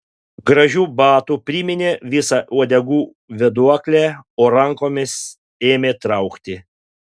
gražiu batu primynė visą uodegų vėduoklę o rankomis ėmė traukti